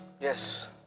Yes